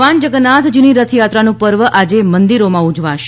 ભગવાન જગન્નાથજીની રથયાત્રાનું પર્વ આજે મંદિરોમાં ઉજવાશે